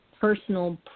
personal